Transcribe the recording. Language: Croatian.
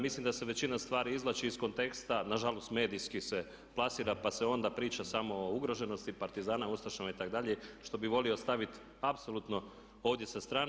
Mislim da se većina stvari izvlači iz konteksta, na žalost medijski se plasira pa se onda priča samo o ugroženosti partizana, ustašama itd. što bih volio staviti apsolutno ovdje sa strane.